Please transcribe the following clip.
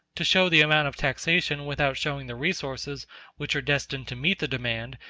to show the amount of taxation without showing the resources which are destined to meet the demand,